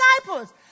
disciples